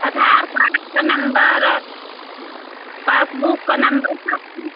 आधार card का number passbook का number सब था